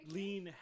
lean